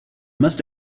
must